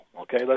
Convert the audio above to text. Okay